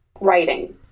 writing